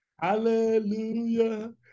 Hallelujah